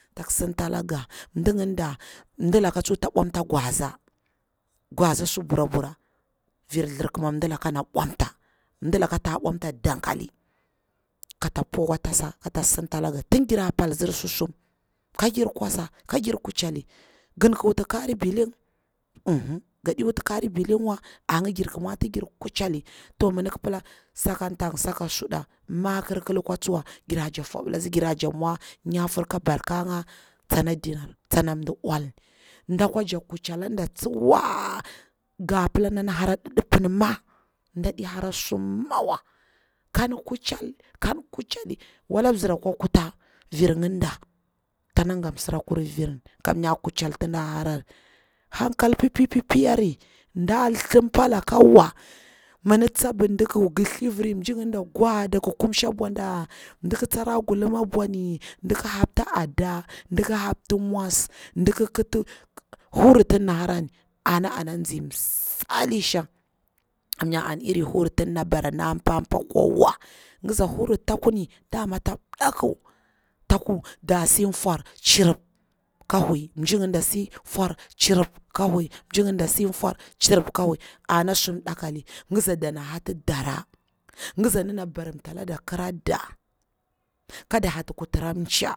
Tak sinta langa, mdi nginda, moɗda ka tsuwa ta bwamta gwaza taksin tda nga, gwaza gwaza su bura bara vir thur kima mdilaka ana bwamta mdilaka ta mwamta dankali, kata pu akwa tasa kota sintalanga, tin gira pdtsir susuma, ka gir kwasa ko gir kwasa ke gir ku cheh, ngin ki wuti kari bili uhi, gaɗi wuti kari bilinwa a ngi jirɗa mwa tijir kucheli, mi ndi pila saka tang, saka suɗa, makir ƙi unkwa tsuwa ngira jakti fwaɓi latsi, ɗira jakti mwa nyafir ka barkani, tsana dinar, tsana mdi ulni, nɗakwa jakti kucheli anda tsuwa nga pila nati di hara didipmi ma nɗaɗi hara sumawa, kan kucheli, kan kucheli, wala mzir akwa kuta vir nginda tana gatti msi kaku virmi, kamanya kucheli tinda harari hanka pipipiyari, nɗa thliviri mji nginda gwaa dakwa kumshi a bwada ndik tsarra gulum a ɓwani, ndik hapti adda, ndiki hapti mwasu, ndik kitih huru ti dana hara ni ana anazi msali shan. Kamanya an iri huri ti ndana bare kamnya nda papa kwawa, kida hurhr ta ku ni dama ta ndaku, taku dasi fwar, chi rip ka hwui, mjinginda si fwar chirip ka hwui, mji nginda si fwar chirip ka hwani, ana suna mdakali, ƙida dana hati dara, nziza dana barimta lada krada, ka da hatti kutaram nda